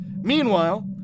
Meanwhile